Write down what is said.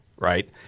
Right